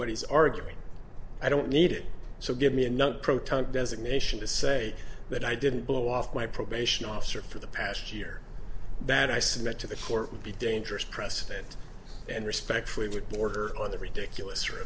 what he's arguing i don't need it so give me another proton designation to say that i didn't blow off my probation officer for the past year that i submit to the court would be dangerous precedent and respect for your order on the ridiculous